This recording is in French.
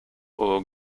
aux